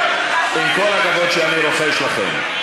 עם כל הכבוד שאני רוחש לכם,